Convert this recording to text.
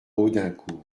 audincourt